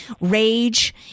rage